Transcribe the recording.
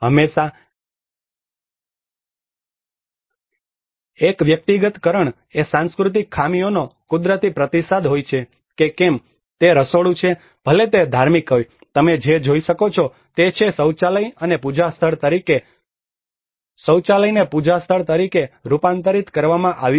હંમેશાં એક વૈયક્તિકરણ એ સાંસ્કૃતિક ખામીઓનો કુદરતી પ્રતિસાદ હોય છે કે કેમ તે રસોડું છે ભલે તે ધાર્મિક હોય તમે જે જોઈ શકો છો તે છે શૌચાલયને પૂજા સ્થળ તરીકે રૂપાંતરિત કરવામાં આવ્યું છે